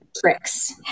tricks